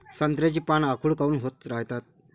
संत्र्याची पान आखूड काऊन होत रायतात?